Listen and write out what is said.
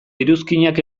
iruzkinak